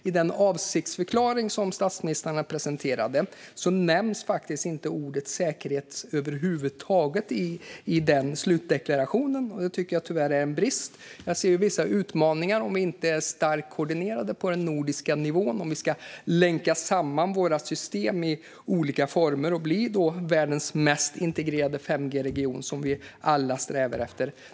I den avsiktsförklaring som statsministrarna presenterade nämns inte ordet säkerhet över huvud taget i slutdeklarationen. Det är tyvärr en brist. Jag ser vissa utmaningar om vi inte är starkt koordinerade på den nordiska nivån, om vi ska länka samman våra system i olika former och bli världens mest integrerade 5G-region, som vi alla strävar efter.